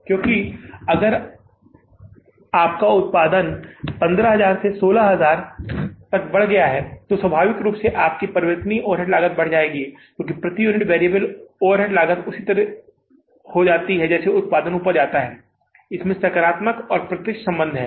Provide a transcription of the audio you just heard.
क्योंकि अगर आपका उत्पादन 15000 से 16000 तक बढ़ रहा है तो स्वाभाविक रूप से आपकी परिवर्तनीय ओवरहेड लागत बढ़ जाएगी क्योंकि प्रति यूनिट वेरिएबल ओवरहेड लागत उसी तरह से जाती है जैसे उत्पादन ऊपर जाता है इसमें सकारात्मक और प्रत्यक्ष संबंध है